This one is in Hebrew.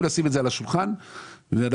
אנחנו